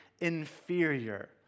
inferior